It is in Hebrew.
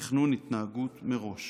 תכנון התנהגות מראש